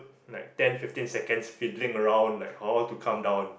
like ten fifteen seconds fiddling around like how to come down